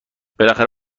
بالاخره